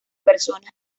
personas